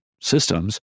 systems